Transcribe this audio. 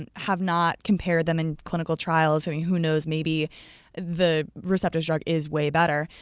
and have not compared them in clinical trials. who i mean who knows? maybe the receptos drug is way better.